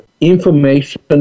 information